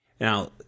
Now